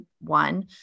one